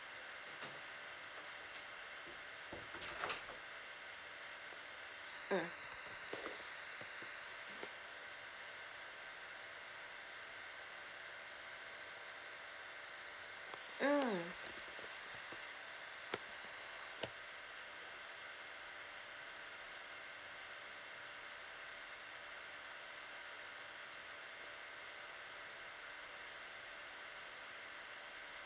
mm mm